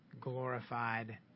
glorified